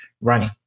running